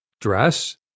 dress